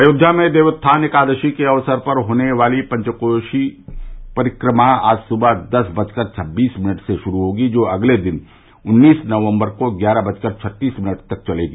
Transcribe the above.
अयोध्या में देवोत्थान एकादशी के अवसर पर होने वाली पंचकोसी परिक्रमा आज सुबह दस बजकर छबीस मिनट से शुरू होगी जो अगले दिन उन्नीस नवंबर को ग्यारह बजकर छत्तीस मिनट तक चलेगी